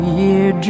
year